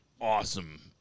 awesome